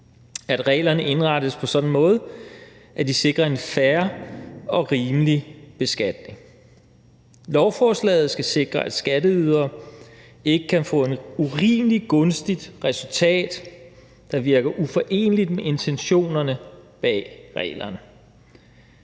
at reglerne indrettes på sådan en måde, at de sikrer en fair og rimelig beskatning. Lovforslaget skal sikre, at skatteydere ikke kan få et urimeligt gunstigt resultat, der virker uforeneligt med intentionerne bag reglerne.